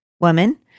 woman